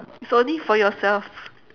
it's only for yourself